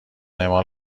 اعمال